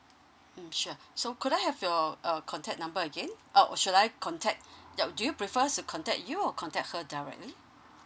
mm sure so could I have your err contact number again oh or should I contact do you prefer so contact you or contact her directly